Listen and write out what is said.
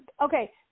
okay